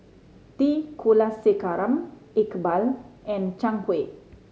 T Kulasekaram Iqbal and Zhang Hui